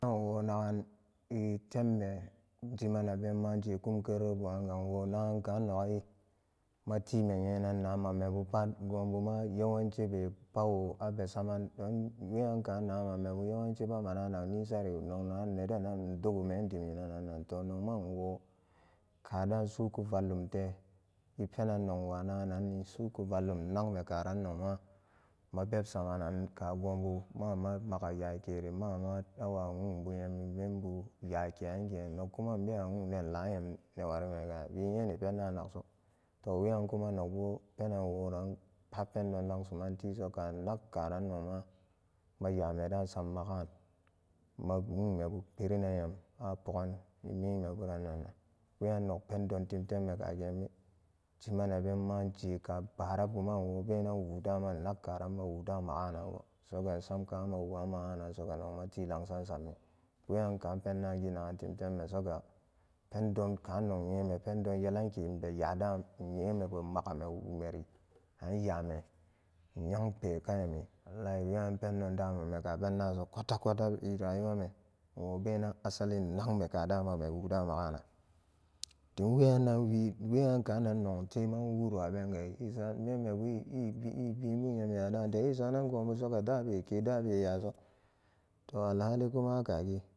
Penan nwo nagani temme i je kum kerere ran baan nwo nagan karan noga time nyenanna man me buran ma yewanci wobu abesama wenyankaan yawanci ma mana nagnisariga nok nagan neden ndogomen dim inananga toh nogma nwo ka daan suku vallumte i poenan nogwanaga nanni suku vallum nnakme karan nogma ma pep samanan ka gombu mama nga yakeri mama awa wuu bu nyam i membu yake an geen nokkumanbe nok kuma nbewa wuu deen iaa nyam newari mega wi nyeni pen daan nagso to weyan kuma nogbo penan nworan pat pendon lanksuman tiso kanak karan nogma na ya me daan sammaganan ma nwuume bupri nan nyam a pogan a mimeburannan weyan nog pendon timte me kageen be jimana ben maan je ka bara ba ma nwo benan wudaan ma nnag karan ma wudaan magaanan soga nsam ka aan ma wuan maganan soga nok ma tii lansan sammi weyan kaan pendaan gi naga tim teme pondon kaan nog womi pendon kaan nog nyeme pendon yelanke nbe yadaan nmagame wumeri an yaa meri ma kayami nayang pe kayami weyi an pendon damumme ka pendaan so kota kota i ra yuwa me nwobenan asali nnak me kadan mame wudaan magaanan dim weyannan wi weyang kaan nong nte man wuro abenga isaran memmebu i'i ibiin buun nyam ya daan te, i saranan gonbusoga da be ke dabe ya soo to al haali kuma akagi.